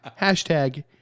Hashtag